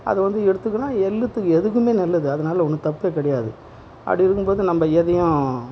அதை வந்து எடுத்துக்கணும் எதுக்குமே நல்லது அதனால் ஒன்று தப்பே கிடையாது அப்படி இருக்கும் போது நம்ம எதையும்